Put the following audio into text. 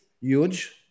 huge